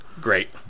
Great